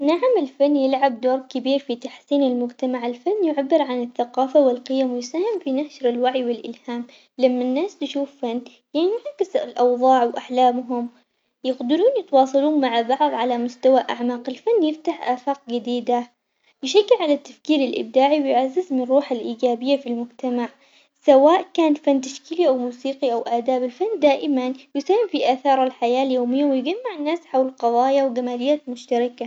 نعم الفن يلعب دور كبير في تحسين المجتمع الفن يعبر عن الثقافة والقيم ويساهم في نشر الوعي والالهام، لما الناس تشوف فن ينعكس الأوضاع وأحلامهم يقدرون يتواصلون مع بعض على مستوى أعمق، الفن يفتح آفاق جديدة يشجع على التفكير الإبداعي ويعزز من الروح الإيجابية في المجتمع، سواء كان فن تشكيلي أو موسيقي أو آداب الفن دائماً يساهم في آثار الحياة اليومية ويجمع الناس حول قضايا وجماليات مشتركة.